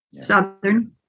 Southern